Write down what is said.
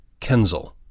Kenzel